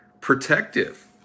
protective